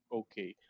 okay